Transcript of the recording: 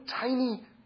tiny